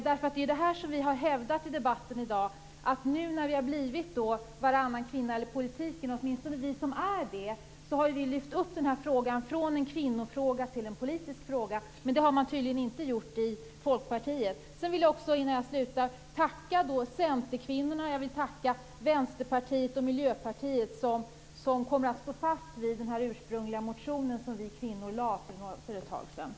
Det är ju just detta som vi har hävdat i debatten i dag: Nu när vi har blivit varannan kvinna i politiken har åtminstone vi som är det lyft upp denna fråga från att vara en kvinnofråga till att bli en politisk fråga. Men det har man tydligen inte gjort i Folkpartiet. Innan jag slutar vill jag tacka centerkvinnorna, Vänsterpartiet och Miljöpartiet som kommer att stå fast vid den ursprungliga motionen som vi kvinnor lade fram för ett tag sedan.